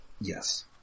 Yes